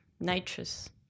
nitrous